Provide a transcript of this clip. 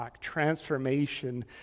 transformation